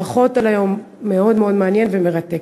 אז ברכות על היום, מאוד מאוד מעניין ומרתק.